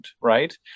right